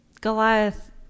Goliath